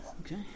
Okay